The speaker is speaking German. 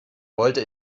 wollte